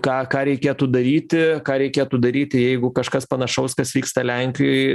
ką ką reikėtų daryti ką reikėtų daryti jeigu kažkas panašaus kas vyksta lenkijoj